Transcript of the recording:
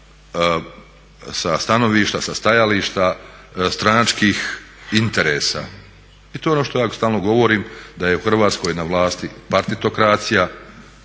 sa stanovišta, sa stajališta stranačkih interesa. I to je ono što ja stalno govorim da je u Hrvatsko na vlasti partitokracija,